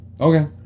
Okay